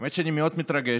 האמת שאני מאוד מתרגש.